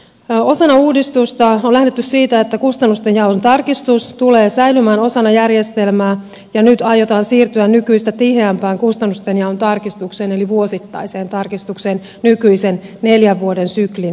osana uudistusta on lähdetty siitä että kustannustenjaon tarkistus tulee säilymään osana järjestelmää ja nyt aiotaan siirtyä nykyistä tiheämpään kustannustenjaon tarkistukseen eli vuosittaiseen tarkistukseen nykyisen neljän vuoden syklin sijasta